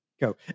go